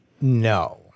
No